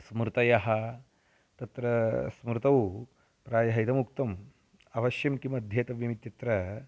स्मृतयः तत्र स्मृतौ प्रायः इदमुक्तम् अवश्यं किमध्येतव्यमित्यत्र